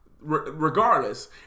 regardless